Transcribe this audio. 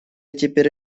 теперь